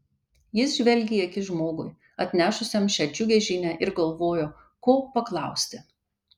jis žvelgė į akis žmogui atnešusiam šią džiugią žinią ir galvojo ko paklausti